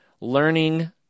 learning